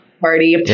party